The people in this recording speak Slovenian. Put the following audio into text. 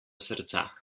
srca